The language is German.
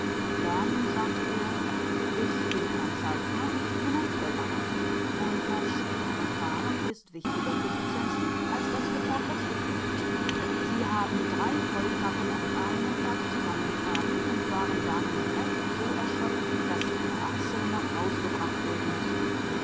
dann sagte er ich bin kein zeichner ich bin ein feldarbeiter und das schubkarrenfahren ist wichtiger für sie cenzi als das geporträtiertwerden sie haben drei heukappen auf einen platz zusammengetragen und waren daher mit recht so erschöpft daß sie per achse nach hause gebracht werden mußten